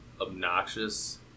obnoxious